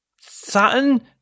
Saturn